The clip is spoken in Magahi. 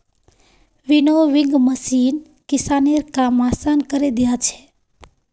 विनोविंग मशीन किसानेर काम आसान करे दिया छे